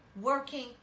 working